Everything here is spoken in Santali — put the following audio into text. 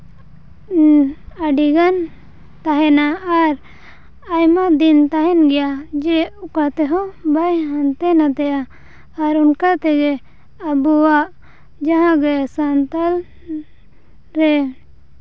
ᱟᱹᱰᱤᱜᱟᱱ ᱛᱟᱦᱮᱱᱟ ᱟᱨ ᱟᱭᱢᱟ ᱫᱤᱱ ᱛᱟᱦᱮᱱ ᱜᱮᱭᱟ ᱡᱮ ᱚᱠᱟ ᱛᱮᱦᱚᱸ ᱵᱟᱭ ᱦᱟᱱᱛᱮ ᱱᱟᱛᱮᱜᱼᱟ ᱟᱨ ᱚᱱᱠᱟ ᱛᱮᱜᱮ ᱟᱵᱚᱣᱟᱜ ᱡᱟᱦᱟᱸ ᱜᱮ ᱥᱟᱱᱛᱷᱟᱞ ᱨᱮ